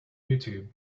youtube